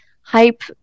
hype